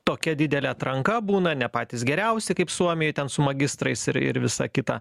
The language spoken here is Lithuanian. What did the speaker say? tokia didelė atranka būna ne patys geriausi kaip suomijoj ten su magistrais ir ir visa kita